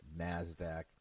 NASDAQ